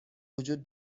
وجود